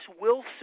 Wilson